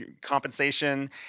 compensation